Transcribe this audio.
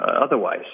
otherwise